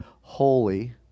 holy